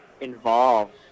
involved